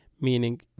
Meaning